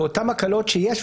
באותן הקלות שיש,